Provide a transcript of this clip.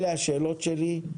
אלה השאלות שלי.